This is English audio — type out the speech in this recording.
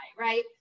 right